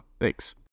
Thanks